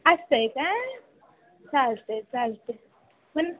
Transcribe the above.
असतं आहे का चालतं आहे चालते पण